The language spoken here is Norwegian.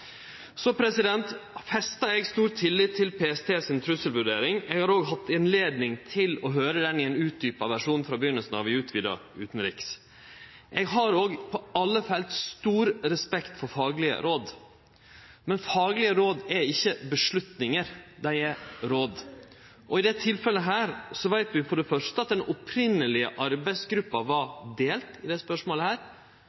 Så festar eg stor tillit til PST si trusselvurdering. Eg har òg hatt anledning til å høyre om det i ein utdjupa versjon frå begynninga av i den utvida utanrikskomiteen. Eg har på alle felt stor respekt for faglege råd, men faglege råd er ikkje beslutningar, dei er råd. I dette tilfellet veit vi for det første at den opphavlege arbeidsgruppa var